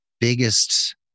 biggest